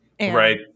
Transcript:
Right